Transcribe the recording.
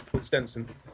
Stenson